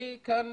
אני כאן